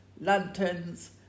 lanterns